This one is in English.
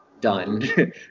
done